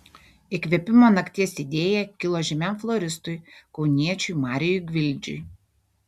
įkvėpimo nakties idėja kilo žymiam floristui kauniečiui marijui gvildžiui